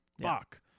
fuck